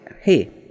hey